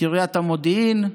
קריית המודיעין,